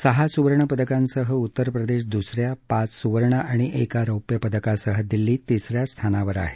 सहा सुवर्ण पदकांसह उत्तर प्रदेश दुस या पाच सुवर्ण आणि एक रौप्य पदकांसह दिल्ली तिसऱ्या स्थानावर आहे